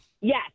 Yes